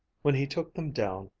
when he took them down,